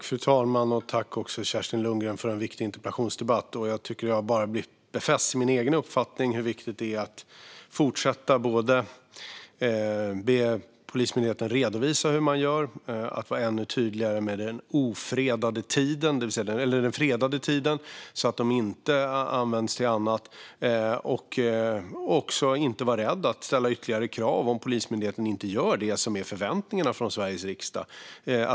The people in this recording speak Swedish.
Fru talman! Tack, Kerstin Lundgren, för en viktig interpellationsdebatt! Jag har bara stärkts i min egen uppfattning. Det handlar om hur viktigt det är att be Polismyndigheten redovisa hur man gör och att vara ännu tydligare med den fredade tiden, så att den inte används till annat. Det är också viktigt att inte vara rädd för att ställa ytterligare krav om Polismyndigheten inte gör det som Sveriges riksdag förväntar sig.